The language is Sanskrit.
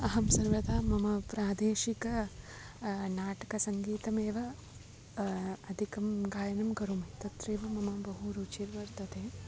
अहं सर्वदा मम प्रादेशिकं नाटकसङ्गीतमेव अधिकं गायनं करोमि तत्रैव मम बहु रुचिर्वर्तते